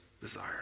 desire